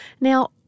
Now